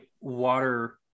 water